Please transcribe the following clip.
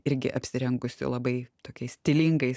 irgi apsirengusi labai tokiais stilingais